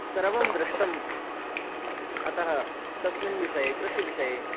सर्वं दृष्टम् अतः तस्मिन् विषये कृषिविषये